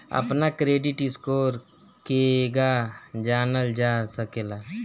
अपना credit score केगा जानल जा सकेला?